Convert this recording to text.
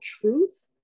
truth